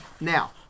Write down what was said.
Now